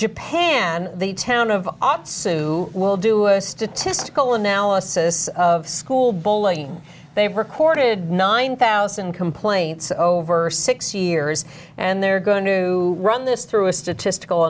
japan the town of opp sue will do a statistical analysis of school bowling they've recorded nine thousand complaints over six years and they're going to run this through a statistical